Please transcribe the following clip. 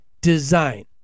design